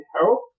help